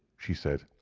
she said,